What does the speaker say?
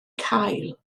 cael